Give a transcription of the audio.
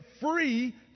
free